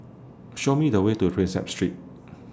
Show Me The Way to Prinsep Street